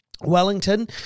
Wellington